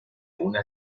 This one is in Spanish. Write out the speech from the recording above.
una